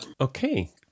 Okay